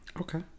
okay